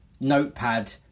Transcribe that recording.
notepad